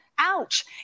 Ouch